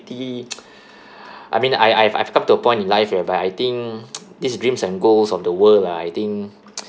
I mean I I've I've come to a point in life whereby I think this dreams and goals of the world ah I think